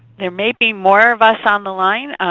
there may be more of us on the line.